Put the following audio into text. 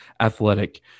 athletic